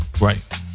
Right